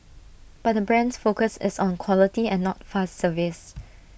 but brand's focus is on quality and not fast service